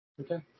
Okay